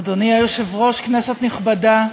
אדוני היושב-ראש, כנסת נכבדה,